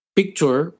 picture